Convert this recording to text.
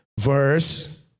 verse